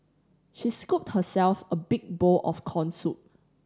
she scooped herself a big bowl of corn soup